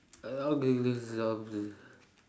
uh okay